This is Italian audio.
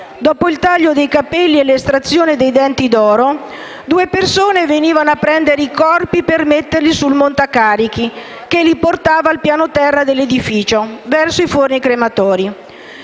Dopo il taglio dei capelli e l'estrazione dei denti d'oro, due persone venivano a prendere i corpi per metterli sul montacarichi che li portava al piano terra dell'edificio, verso i forni crematori.